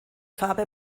farbe